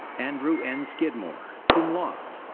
andrew n. skidmore, cum laude.